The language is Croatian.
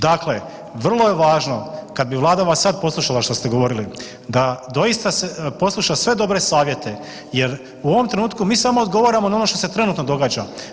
Dakle, vrlo je važno kad bi Vlada vas sad poslušala što ste govorili, da doista posluša sve dobre savjete jer u ovom trenutku mi samo odgovaramo na ono što se trenutno događa.